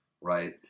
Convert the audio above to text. Right